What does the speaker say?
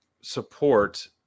support